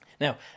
now